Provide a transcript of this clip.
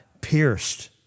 pierced